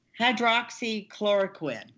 hydroxychloroquine